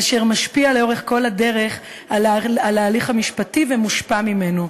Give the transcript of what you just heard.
אשר משפיע לאורך כל הדרך על ההליך המשפטי ומושפע ממנו.